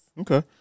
Okay